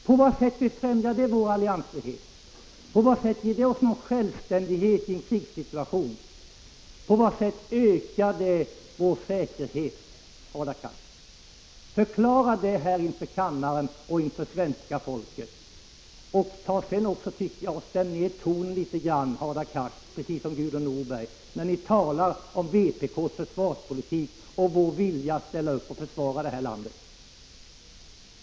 På vad sätt främjar det vår alliansfrihet? På vad sätt ger det oss någon självständighet i en krigssituation? På vad sätt ökar det vår säkerhet, Hadar Cars? Förklara det inför kammaren och inför svenska folket! Stäm sedan också ner tonen litet grand, Hadar Cars, precis som Gudrun Norberg, när ni talar om vpk:s försvarspolitik och vår vilja att ställa upp och försvara det här landet.